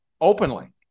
openly